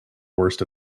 worst